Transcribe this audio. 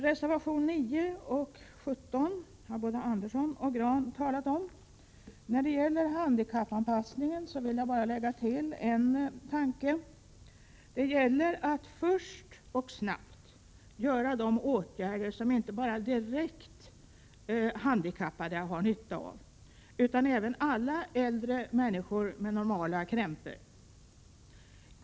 Reservationerna 9 och 17 har både Anders Andersson och Olle Grahn talat om. Jag vill bara tillägga att det när det handlar om handikappanpassning gäller att först och snabbt vidta de åtgärder som inte bara direkt handikappade utan även alla äldre människor med normala krämpor har nytta av.